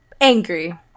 angry